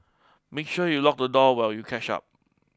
make sure you lock the door while you catch up